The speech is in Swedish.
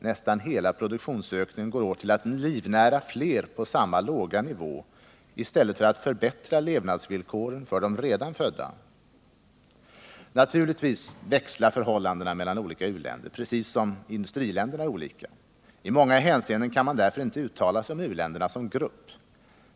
Nästan hela produktionsökningen går åt till att livnära fler på samma låga nivå i stället för att förbättra levnadsvillkoren för de redan födda. Naturligtvis växlar förhållandena mellan olika u-länder, precis som industriländerna är olika. I många hänseenden kan man därför inte uttala sig om u-länderna som grupp.